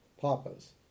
papas